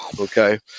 okay